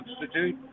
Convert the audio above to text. substitute